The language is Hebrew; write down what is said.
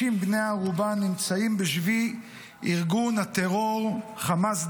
בני ערובה נמצאים בשבי ארגון הטרור חמאס,